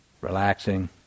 relaxing